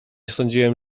sądziłem